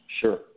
Sure